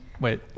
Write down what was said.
Wait